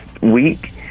week